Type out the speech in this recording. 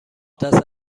دست